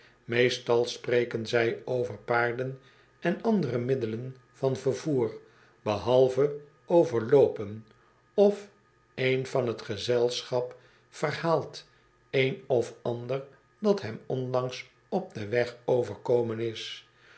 meestal spreken zij over paarden en andere middelen van vervoer behalve over loopen of een van t gezelschap verhaalt een of ander dat hem onlangs op den weg overkomen is